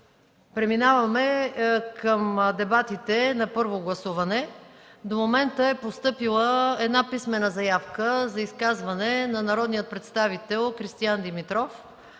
Преминаваме към дебатите на първо гласуване. До момента е постъпила една писмена заявка за изказване – от народния представител Кристиян Димитров